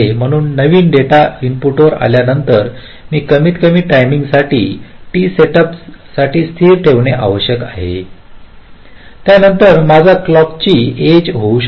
म्हणून माझा नवीन डेटा इनपुटवर आल्यानंतर मी कमीतकमी टायमिंग साठी टी सेटअप साठी स्थिर ठेवणे आवश्यक आहे त्यानंतर माझ्या क्लॉक ची एज येऊ शकते